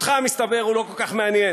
אותך, מסתבר, הוא לא ממש מעניין.